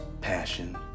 passion